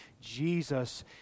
Jesus